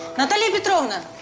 natalya petrovna,